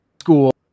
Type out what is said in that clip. school